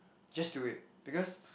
just do it because